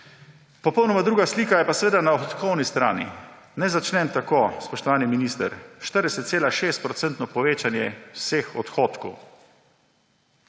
Popolnoma druga slika je pa na odhodkovni strani. Naj začnem tako, spoštovani minister. 40,6-procentno povečanje vseh odhodkov.